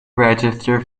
register